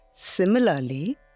Similarly